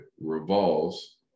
revolves